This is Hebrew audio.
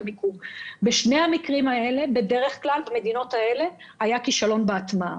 בשני המקרים האלה בדרך כלל במדינות האלה היה כישלון בהטמעה,